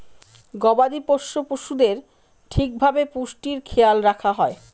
গবাদি পোষ্য পশুদের ঠিক ভাবে পুষ্টির খেয়াল রাখা হয়